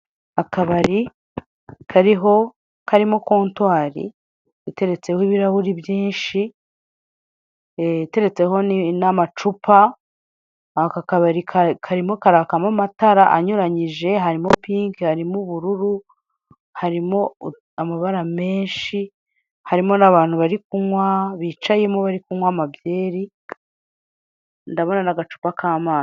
Akabari karimo kontwari iteretseho ibirahure byinshi, iteretse n'amacupa, aka akabari karimo kwakamo amatara anyuranyije harimo iroza(pink), ubururu, harimo amabara menshi harimo n'abantu bari kunywa bicayemo bari kunywa amabyeri ndabona nagacupa k'amazi.